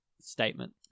statement